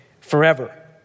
forever